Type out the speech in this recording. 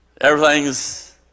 Everything's